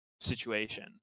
situation